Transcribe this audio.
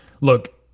look